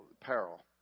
peril